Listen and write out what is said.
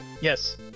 Yes